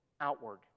outward